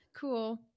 Cool